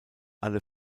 alle